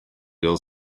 girl